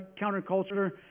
Counterculture